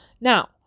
Now